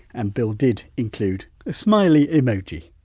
and bill did include a smiley emoji.